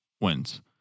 wins